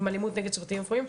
עם אלימות נגד צוותים רפואיים,